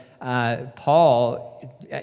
Paul